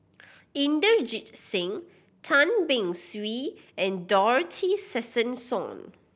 Inderjit Singh Tan Beng Swee and Dorothy Tessensohn